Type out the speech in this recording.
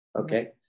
Okay